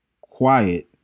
quiet